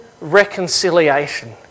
reconciliation